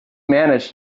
managed